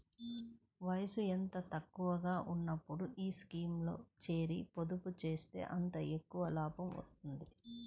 వయసు ఎంత తక్కువగా ఉన్నప్పుడు ఈ స్కీమ్లో చేరి, పొదుపు చేస్తే అంత ఎక్కువ లాభం వస్తుంది